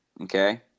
okay